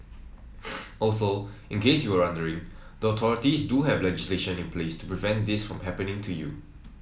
also in case you were wondering the authorities do have legislation in place to prevent this from happening to you